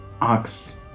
Ox